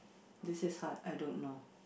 this is hard I don't know